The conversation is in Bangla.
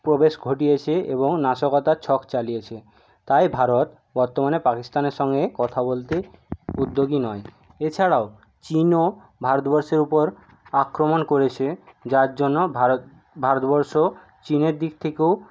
প্রবেশ ঘটিয়েছে এবং নাশকতা ছক চালিয়েছে তাই ভারত বর্তমানে পাকিস্তানের সঙ্গে কথা বলতে উদ্যোগী নয় এছাড়াও চীনও ভারতবর্ষের উপর আক্রমণ করেছে যার জন্য ভারত ভারতবর্ষ চীনের দিক থেকেও